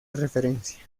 referencia